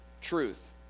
Truth